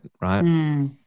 right